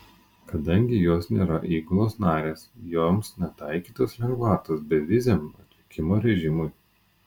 kadangi jos nėra įgulos narės joms netaikytos lengvatos beviziam atvykimo režimui